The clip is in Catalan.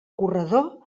corredor